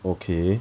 okay